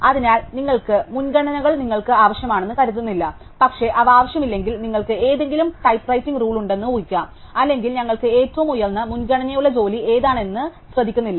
അതിനാൽ നിങ്ങൾക്ക് മുൻഗണനകൾ നിങ്ങൾക്ക് ആവശ്യമാണെന്ന് ഞങ്ങൾ കരുതുന്നില്ല പക്ഷേ അവ ആവശ്യമില്ലെങ്കിൽ നിങ്ങൾക്ക് എന്തെങ്കിലും ടൈപ്പ് റൈറ്റിംഗ് റൂൾ ഉണ്ടെന്ന് ഉഹിക്കാം അല്ലെങ്കിൽ ഞങ്ങൾക്ക് ഏറ്റവും ഉയർന്ന മുൻഗണനയുള്ള ജോലി ഏതാണ് എന്ന് ഞങ്ങൾ ശ്രദ്ധിക്കുന്നില്ല